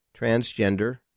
transgender